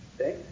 Okay